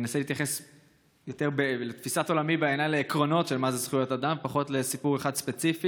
אני מבקש לאפשר לחבר הכנסת רם שפע.